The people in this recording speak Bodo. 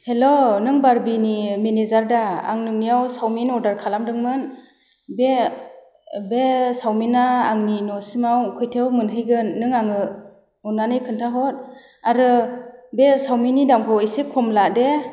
हेल' नों बारबिनि मेनेजार दा आं नोंनिआव सावमिननि अर्डार खालामदोंमोन बे सावमिना आंनि न' सिमाव खयथायाव मोनहैगोन नों आंनो अन्नानै खोन्था हर आरो बे सावमिननि दामखौ एसे खम ला दे